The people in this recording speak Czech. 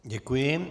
Děkuji.